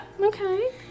Okay